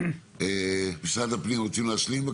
משרד הפנים רוצים להשלים?